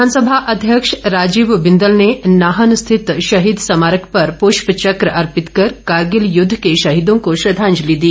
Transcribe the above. विधानसभा अध्यक्ष राजीव बिंदल ने नाहन स्थित शहीद स्मारक पर पुष्प चक्र अर्पित कर कारगिल युद्ध के शहीदों को श्रद्वांजलि दी